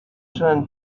turned